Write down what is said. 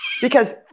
because-